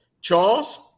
Charles